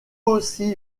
aussi